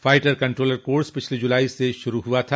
fighter controller course पिछली जुलाई में शुरू हुआ था